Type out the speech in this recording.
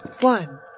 one